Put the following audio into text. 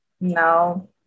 no